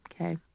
okay